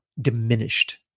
diminished